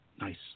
nice